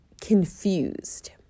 confused